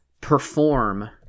perform